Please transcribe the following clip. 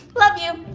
love you!